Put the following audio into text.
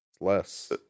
less